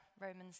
Romans